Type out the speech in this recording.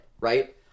right